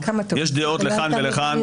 יש דעות לכאן ולכאן.